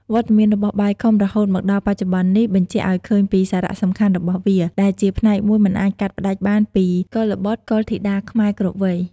វត្តមានរបស់បាយខុំរហូតមកដល់បច្ចុប្បន្ននេះ បញ្ជាក់ឲ្យឃើញពីសារៈសំខាន់របស់វា ដែលជាផ្នែកមួយមិនអាចកាត់ផ្ដាច់បានពីកុលបុត្រកុលធីតាខ្មែរគ្រប់វ័យ។